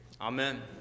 Amen